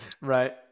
Right